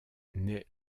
naît